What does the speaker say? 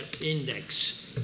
index